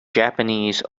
japanese